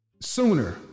sooner